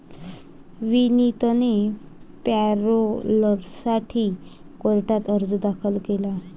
विनीतने पॅरोलसाठी कोर्टात अर्ज दाखल केला